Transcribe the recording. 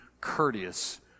courteous